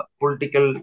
political